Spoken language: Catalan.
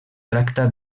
tracta